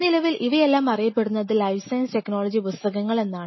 നിലവിൽ ഇവയെല്ലാം അറിയപ്പെടുന്നത് ലൈഫ് സയൻസ് ടെക്നോളജി പുസ്തകങ്ങൾ എന്നാണ്